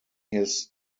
his